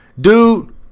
Dude